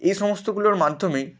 এ সমস্তগুলোর মাধ্যমেই